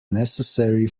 necessary